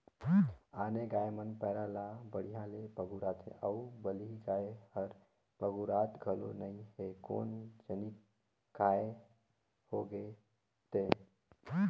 आने गाय मन पैरा ला बड़िहा ले पगुराथे अउ बलही गाय हर पगुरात घलो नई हे कोन जनिक काय होय गे ते